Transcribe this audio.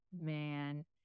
man